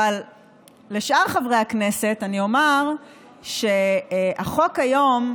אבל לשאר חברי הכנסת אני אומר שהחוק הקיים היום,